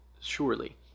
surely